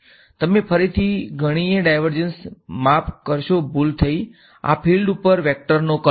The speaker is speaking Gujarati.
હવે ફરીથી ગણીયે ડાઈવર્ઝ્ન્સ માફ કરશો ભૂલ થઈ આ ફિલ્ડ ઉપર વેક્ટર નો કર્લ